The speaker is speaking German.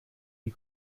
die